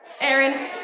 Aaron